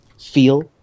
feel